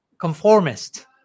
conformist